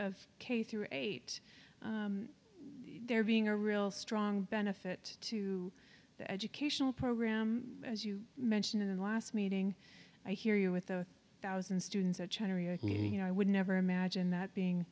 of k through eight there being a real strong benefit to the educational program as you mention in the last meeting i hear you with the thousand students you know i would never imagine that being